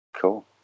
Cool